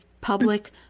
public